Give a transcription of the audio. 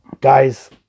Guys